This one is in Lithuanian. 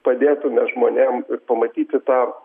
padėtume žmonėm ir pamatyti tą